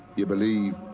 you believe.